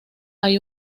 hay